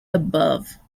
above